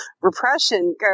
repression